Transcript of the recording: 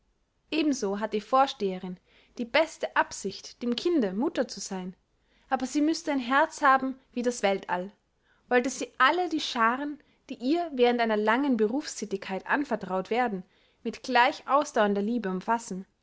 ebenso hat die vorsteherin die beste absicht dem kinde mutter zu sein aber sie müßte ein herz haben wie das weltall wollte sie alle die schaaren die ihr während einer langen berufsthätigkeit anvertraut werden mit gleich ausdauernder liebe umfassen